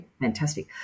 fantastic